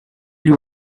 you